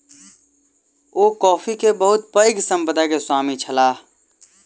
ओ coffee के बहुत पैघ संपदा के स्वामी छलाह